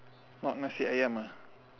not nasi ayam ah